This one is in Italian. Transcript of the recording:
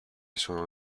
sono